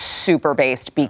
super-based